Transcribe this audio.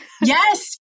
yes